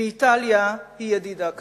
ואיטליה היא ידידה כזאת.